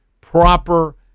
proper